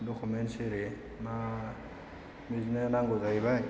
documents एरि मा बिदिनो नांगौ जाहैबाय